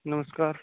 नमस्कार